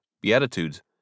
beatitudes